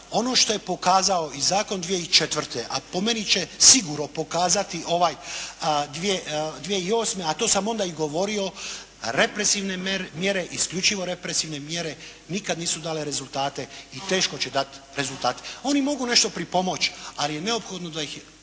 ono što je pokazao i zakon 2004. a po meni će sigurno pokazati ovaj 2008. a to sam onda i govorio represivne mjere, isključivo represivne mjere nikad nisu dale rezultate i teško će dati rezultate. Oni mogu nešto pripomoći ali je neophodno da ih